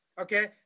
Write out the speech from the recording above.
okay